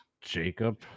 Jacob